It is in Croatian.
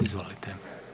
Izvolite.